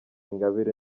ingabire